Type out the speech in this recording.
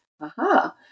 Aha